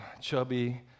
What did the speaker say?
chubby